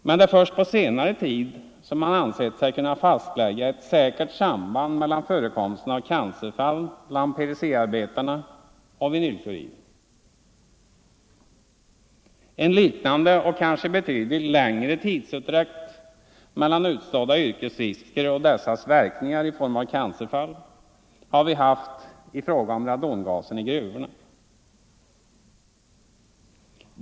Men det är först på senare tid som man har ansett sig kunna fastlägga ett säkert samband mellan förekomsten av cancerfall bland PVC-arbetarna och vinylkloriden. En liknande och kanske betydligt längre tidsutdräkt mellan utstådda yrkesrisker och dessas verkningar i form av cancerfall har vi haft i fråga om radongasen i gruvor.